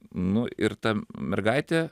nu ir ta mergaitė